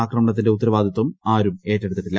ആക്രമണത്തിന്റെ ഉത്തരവാദിത്വം ആരും ഏറ്റെടുത്തിട്ടില്ല